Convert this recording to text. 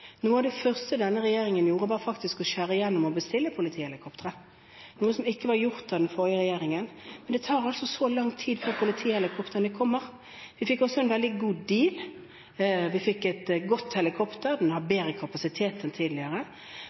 Noe av det første denne regjeringen gjorde, var faktisk å skjære igjennom og bestille politihelikoptre, noe som ikke var gjort av den forrige regjeringen. Men det tar altså så langt tid før politihelikoptrene kommer. Vi fikk også en veldig god «deal». Vi fikk et godt helikopter. Det har bedre kapasitet enn tidligere.